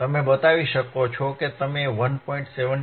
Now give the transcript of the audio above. તમે બતાવી શકો છો કે તમે 1